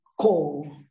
call